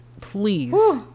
please